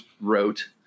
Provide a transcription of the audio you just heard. wrote